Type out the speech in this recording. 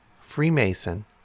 Freemason